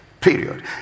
Period